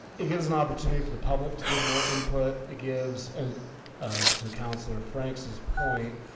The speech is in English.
it gives an opportunity for the public to give more input it gives and to councillor franks is point